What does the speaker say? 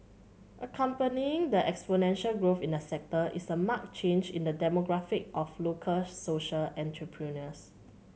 accompanying the exponential growth in the sector is a marked change in the demographic of local social entrepreneurs